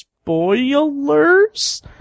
Spoilers